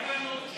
והעברנו,